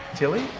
tilly?